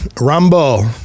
rumble